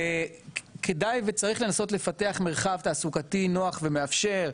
כדאי וצריך לנסות לפתח מרחב תעסוקתי נוח ומאפשר,